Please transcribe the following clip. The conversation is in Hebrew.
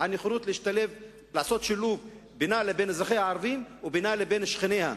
לעשות שילוב בינה לבין אזרחיה הערבים ובינה לבין שכניה.